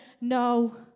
No